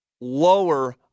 lower